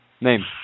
Name